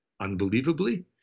unbelievably